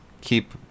keep